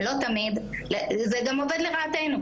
זה גם עובד לרעתנו,